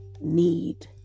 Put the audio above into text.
need